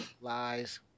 Lies